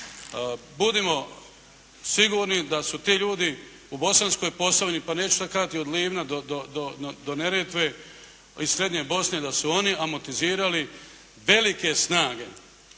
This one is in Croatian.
Budimo sigurni da su ti ljudi u Bosanskoj Posavini, pa neću sada kazati od Livna do Neretve i srednje Bosne, da su oni amortizirali velike snage